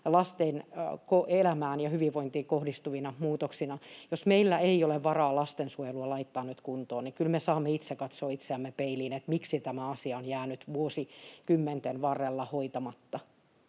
lasten elämään ja hyvinvointiin kohdistuvista muutoksista. Jos meillä ei ole varaa lastensuojelua laittaa nyt kuntoon, niin kyllä me saamme itse katsoa itseämme peiliin siinä, miksi tämä asia on jäänyt vuosikymmenten varrella hoitamatta.